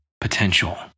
potential